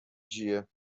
dia